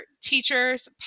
Teachers